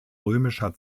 römischer